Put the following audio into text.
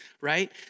Right